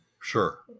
Sure